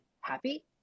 happy